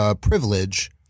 privilege